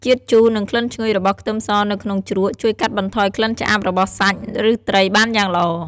ជាតិជូរ និងក្លិនឈ្ងុយរបស់ខ្ទឹមសនៅក្នុងជ្រក់ ជួយកាត់បន្ថយក្លិនឆ្អាបរបស់សាច់ ឬត្រីបានយ៉ាងល្អ។